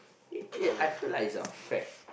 eh I feel like it's a fact